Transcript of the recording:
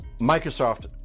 Microsoft